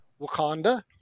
Wakanda